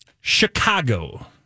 Chicago